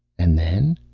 and then?